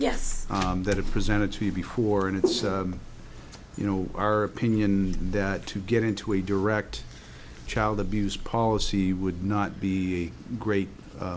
yes that had presented to you before and it's you know our opinion that to get into a direct child abuse policy would not be great